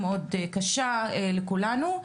מאוד קשה לכולנו.